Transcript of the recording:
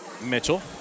Mitchell